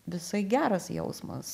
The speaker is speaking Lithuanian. visai geras jausmas